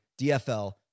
DFL